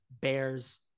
Bears